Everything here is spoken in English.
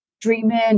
dreaming